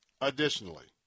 Additionally